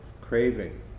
craving